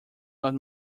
not